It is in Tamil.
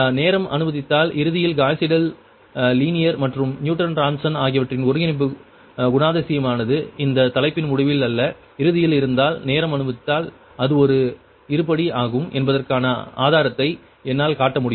நேரம் அனுமதித்தால் இறுதியில் காஸ் சீடெல் லீனியர் மற்றும் நியூட்டன் ராப்சன் ஆகியவற்றின் ஒருங்கிணைப்பு குணாதிசயமானது இந்த தலைப்பின் முடிவில் அல்ல இறுதியில் இருந்தால் நேரம் அனுமதித்தால் அது ஒரு இருபடி ஆகும் என்பதற்கான ஆதாரத்தை என்னால் காட்ட முடியும்